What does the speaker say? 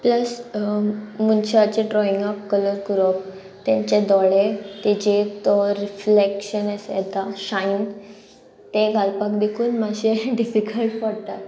plus मनशाचे ड्रॉइंगाक colour करप तेंचे दोळे तेजे तो रिफ्लेक्शन आसा येता शायन ते घालपाक देखून मातशें डिफिकल्ट पडटा